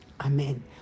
Amen